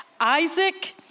Isaac